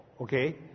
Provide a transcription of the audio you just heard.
Okay